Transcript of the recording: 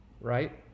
Right